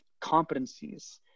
competencies